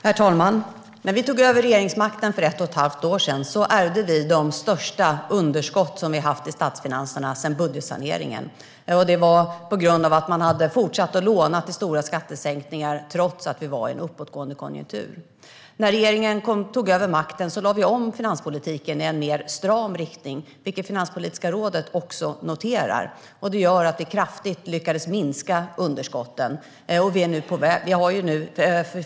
Herr talman! När vi tog över regeringsmakten för ett och ett halvt år sedan ärvde vi de största underskott vi haft i statsfinanserna sedan budgetsaneringen. Detta på grund av att man hade fortsatt att låna till stora skattesänkningar trots att vi var i en uppåtgående konjunktur. När vi tog över lade vi om finanspolitiken i en stramare riktning, vilket Finanspolitiska rådet också noterar. Det gjorde att vi lyckades minska underskotten kraftigt.